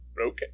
Okay